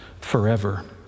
forever